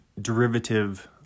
derivative